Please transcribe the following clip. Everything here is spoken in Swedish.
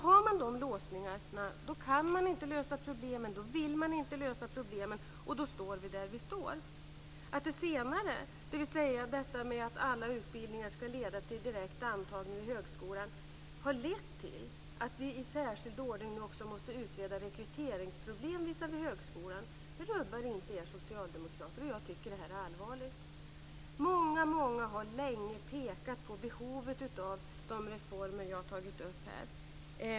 Har man de låsningarna kan man inte lösa problemen, då vill man inte lösa problemen och då står vi där vi står. Att det senare, detta att alla utbildningar ska leda till direkt antagning vid högskolan, har lett till att vi i särskild ordning nu också måste utreda rekryteringsproblem visavi högskolan rubbar inte er socialdemokrater. Jag tycker att det här är allvarligt. Många har länge pekat på behovet av de reformer jag har tagit upp här.